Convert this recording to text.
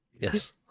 Yes